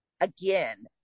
again